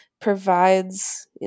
provides